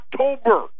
October